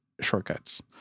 shortcuts